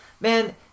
man